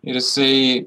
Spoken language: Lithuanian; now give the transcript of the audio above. ir jisai